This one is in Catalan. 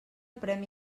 premi